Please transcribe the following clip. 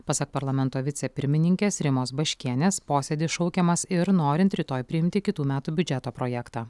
pasak parlamento vicepirmininkės rimos baškienės posėdis šaukiamas ir norint rytoj priimti kitų metų biudžeto projektą